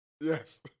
Yes